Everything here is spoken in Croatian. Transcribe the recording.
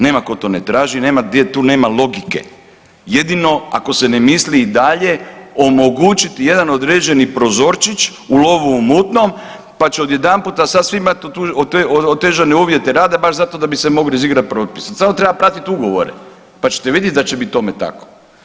Nema ko to ne traži i nema gdje tu nema logike, jedino ako se ne misli i dalje omogućiti jedan određeni prozorčić u lovu u mutnom pa će odjedanput sad svi imati otežane uvjete rada baš zato da bi se mogli izigrati propisi, samo treba pratiti ugovore pa ćete vidjet da će biti tome tako.